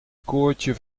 koordje